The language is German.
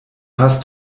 hast